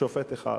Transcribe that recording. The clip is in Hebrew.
שופט אחד.